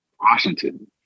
Washington